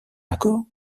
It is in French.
accord